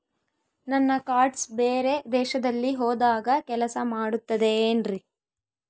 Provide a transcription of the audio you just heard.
ನನ್ನ ಕಾರ್ಡ್ಸ್ ಬೇರೆ ದೇಶದಲ್ಲಿ ಹೋದಾಗ ಕೆಲಸ ಮಾಡುತ್ತದೆ ಏನ್ರಿ?